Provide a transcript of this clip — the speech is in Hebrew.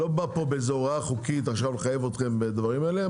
אני לא בא פה באיזה הוראה חוקית לחייב אתכם בדברים האלה.